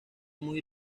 muy